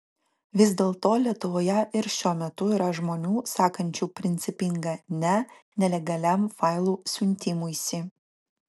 vis dėlto lietuvoje ir šiuo metu yra žmonių sakančių principingą ne nelegaliam failų siuntimuisi